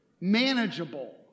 manageable